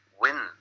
win